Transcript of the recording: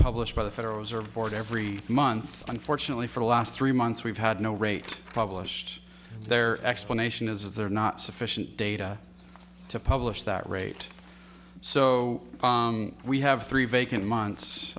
published by the federal reserve board every month unfortunately for the last three months we've had no rate published their explanation is they're not sufficient data to publish that rate so we have three vacant months